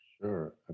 sure